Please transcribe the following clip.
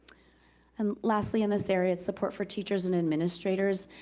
and lastly in this area, support for teachers and administrators.